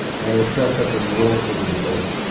and it sets up the rules for the debate.